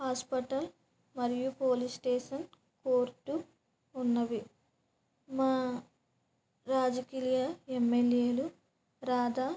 hospital మరియు police station court ఉన్నాయి మా రాజకీయ ఎమ్మెల్యేలు రాధా